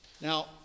Now